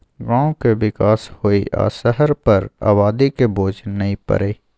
गांव के विकास होइ आ शहर पर आबादी के बोझ नइ परइ